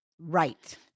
Right